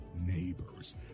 neighbors